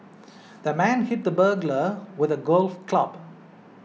the man hit the burglar with a golf club